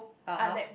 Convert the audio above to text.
(uh huh)